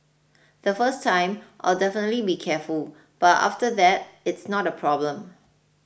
the first time I'll definitely be careful but after that it's not a problem